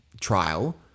trial